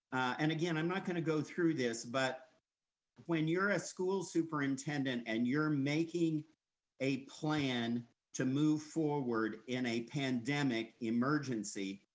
and again, i'm not gonna go through this, but when you're a school superintendent, and you're making a plan to move forward in a pandemic emergency,